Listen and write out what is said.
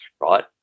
right